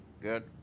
Good